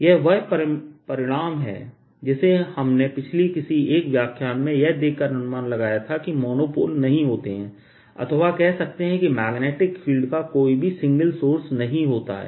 यह वह परिणाम है जिसे हमने पिछले किसी एक व्याख्यान में यह देखकर अनुमान लगाया था कि मोनोपोल नहीं होते हैं अथवा कह सकते हैं कि मैग्नेटिक फील्ड का कोई भी सिंगल सोर्स नहीं होता है